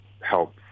help